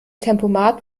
tempomat